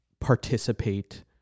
participate